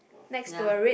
ya